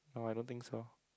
no I don't think so